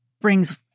brings